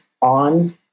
on